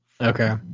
Okay